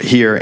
here